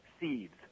seeds